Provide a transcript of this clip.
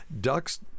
Ducks